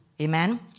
Amen